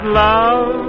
love